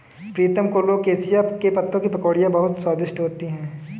प्रीतम colocasia के पत्तों की पकौड़ी बहुत स्वादिष्ट होती है